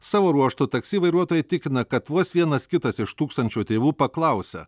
savo ruožtu taksi vairuotojai tikina kad vos vienas kitas iš tūkstančio tėvų paklausia